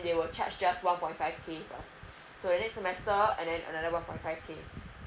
they will charge just one point five K plus so the next semester and then another one point five K